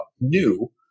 new